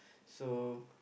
so